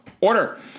order